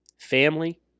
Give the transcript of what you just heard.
Family